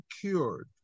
cured